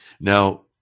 Now